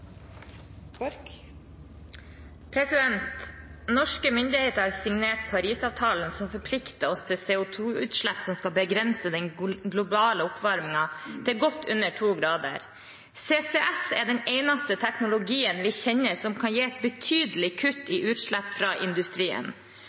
sprangene? Norske myndigheter har signert Parisavtalen, som forplikter oss til CO 2 -utslipp som skal begrense den globale oppvarmingen til godt under 2 grader. CCS er den eneste teknologien vi kjenner til som kan gi et betydelig kutt